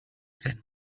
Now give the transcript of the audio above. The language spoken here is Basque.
zen